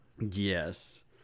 Yes